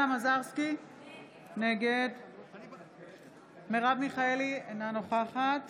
מרב מיכאלי, אינה נוכחת